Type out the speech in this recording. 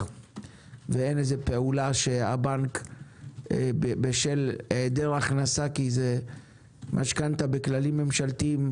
ואין פעולה שהבנק בשל היעדר הכנסה כי זה משכנתא בכללים ממשלתיים,